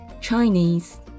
Chinese